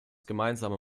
gemeinsame